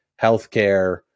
healthcare